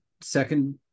second